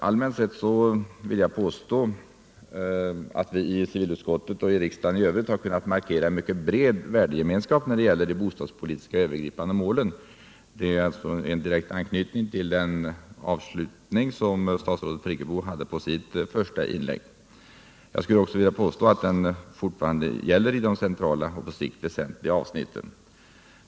Allmänt sett vill jag påstå att civilutskottet och riksdagen i övrigt har kunnat markera en mycket bred värdegemenskap när det gitler de bostadspolitiska övergripande målen. Det är alltså en direkt anknytning till den avslutning som statsrådet Friggebo hade på sitt första inlägg. Jag skulle också vilja påstå att den värdegemenskapen fortfarande gäller i de centrala och på sikt väsentliga avsnitten.